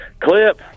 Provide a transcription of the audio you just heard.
Clip